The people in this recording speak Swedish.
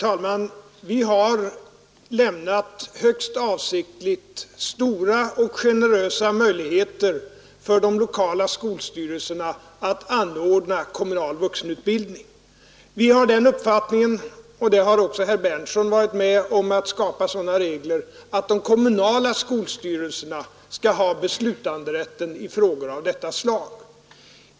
Herr talman! Vi har högst avsiktligt lämnat stora och generösa möjligheter för de lokala skolstyrelserna att anordna kommunal vuxenutbildning. Vi har den uppfattningen — och herr Berndtson i Linköping har varit med om att skapa sådana regler — att de kommunala skolstyrelserna skall ha beslutanderätten i frågor av detta slag.